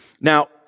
Now